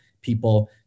people